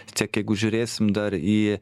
vis tiek jeigu žiūrėsim dar į